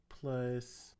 plus